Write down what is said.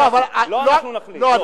לא אנחנו נחליט.